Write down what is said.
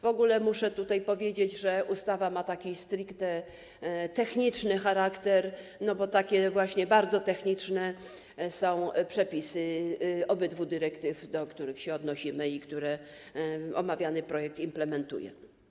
W ogóle muszę tutaj powiedzieć, że ustawa ma taki stricte techniczny charakter, bo takie właśnie bardzo techniczne są przepisy obydwu dyrektyw, do których się odnosimy i które omawiany projekt implementuje.